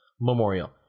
Memorial